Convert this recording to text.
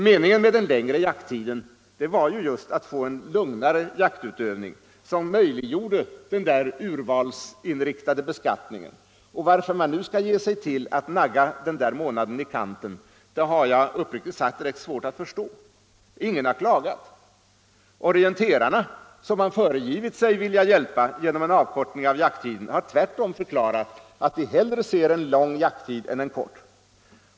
Meningen med den längre jakttiden var ju just att få en lugnare jaktutövning, som möjliggjorde en urvalsinriktad beskattning, och varför man nu skall ge sig till att nagga den där månaden i kanten har jag uppriktigt sagt rätt svårt att förstå. Ingen har klagat. Orienterarna, som man föregivit sig vilja hjälpa genom avkortning av jakttiden, har tvärtom förklarat att de hellre ser en lång jakttid än en kort.